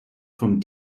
vom